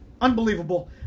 unbelievable